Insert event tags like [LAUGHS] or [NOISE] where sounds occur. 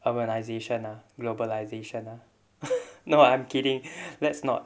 urbanisation ah globalization ah [LAUGHS] no lah I'm kidding let's not